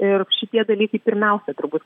ir šitie dalykai pirmiausia turbūt